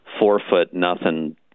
four-foot-nothing